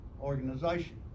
organization